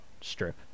strip